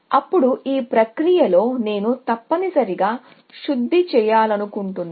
అప్పుడు ఈ ప్రక్రియలో నేను తప్పనిసరిగా శుద్ధి చేయాలను కుంటున్నాను